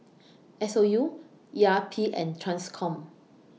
S O U E R P and TRANSCOM